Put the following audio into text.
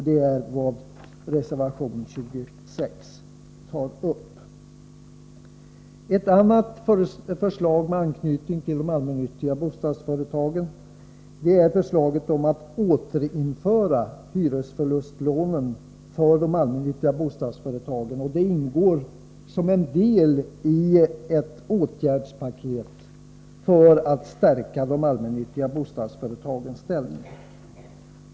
Det är vad som föreslås i reservation 30. Ett annat förslag med anknytning till de allmännyttiga bostadsföretagen är förslaget om att återinföra hyresförlustlånen för de allmännyttiga bostadsföretagen, och det ingår som en del i vpk:s åtgärdspaket för att stärka de allmännyttiga bostadsföretagens ställning.